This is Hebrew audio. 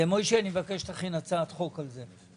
משה, אני מבקש שתכין הצעת חוק על זה.